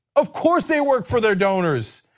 of course they work for their donors.